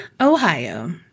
Ohio